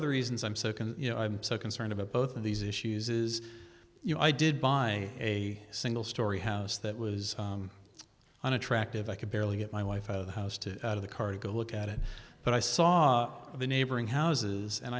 of the reasons i'm so can you know i'm so concerned about both of these issues is you know i did buy a single storey house that was unattractive i could barely get my wife out of the house to out of the car to go look at it but i saw the neighboring houses and